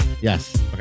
Yes